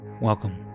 Welcome